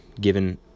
given